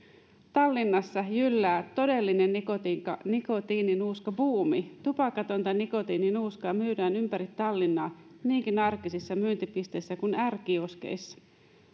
tallinnassa jyllää todellinen nikotiininuuskabuumi tupakatonta nikotiininuuskaa myydään ympäri tallinnaa niinkin arkisissa myyntipisteissä kuin r kioskeissa